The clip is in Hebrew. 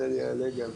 אז אני יעלה גם.